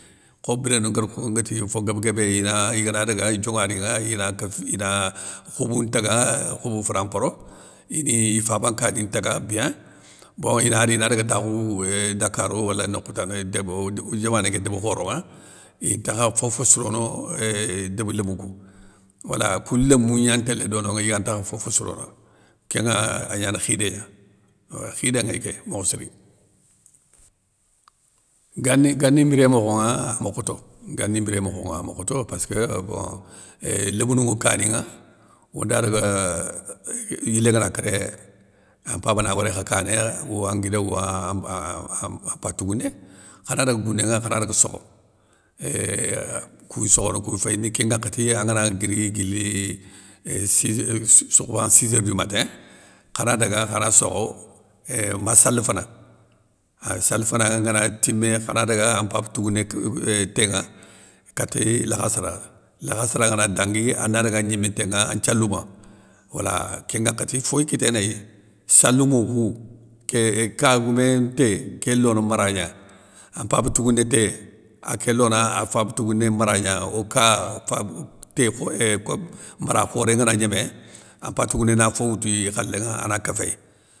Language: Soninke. Kho birénou nguér ko, nguéti fo guéb guébé ina igana daga i dionŋadinŋa, ina kéfi ina khoubou ntaga khoubou frampro, ini fabankani ntaga bien, bon inari inadaga takhou euuh dakar wala nokhou tanay débo, déb i diamané ké débé khoronŋa, intakha fofo sirono ééuuh débi lémou kou, wala koun nlémou gnan ntélé dononŋa iyantakha fofo sirono, kénŋa agnana khidé gna, khidé ŋéy ké mokho siri. Gani, gani mbiré mokhonŋa, ama khoto, gani mbiré mokhonŋa ama khoto, passkeu bon, éeeuh lémounou ŋa kaninŋa, onda daga yilé ngana kéré, an mpaba na woré kha kané, ou an nguida ou an mpa tougouné, khana daga gounénŋa khana daga sokho, éuuh kouy sokhono kouy féyindi, kén ŋakhati angana guiri guili, éuuh size sokhoban sizeur du matin khana daga khana sokho, éééeh ma sali fana, ah sali fana ngana timé khana daga an mpaba touugouné éuuhh ténŋa, kati lakhassara, lakhassara ngana dangui ana daga an gnimé ténŋa, an nthialouma wala kén ŋakhati, foy kiténéy, saloumo kou, ké kagoumé nté ké lono mara gna, an mpaba tougouné té, aké lona afaba tougouné maragna, oka fab, té khoyé kom mara khoré ngana gnémé, an mpa tougouné na fouti i khalé ŋa, ana kéféy.